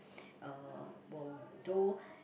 uh will though